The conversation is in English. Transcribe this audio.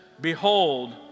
behold